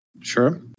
Sure